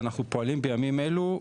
ואנחנו פועלים בימים אלו,